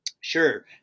Sure